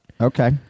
Okay